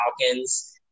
Falcons